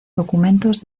documentos